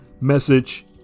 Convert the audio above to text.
message